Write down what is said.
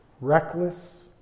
reckless